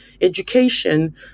education